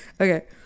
Okay